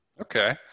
Okay